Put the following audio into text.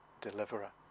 deliverer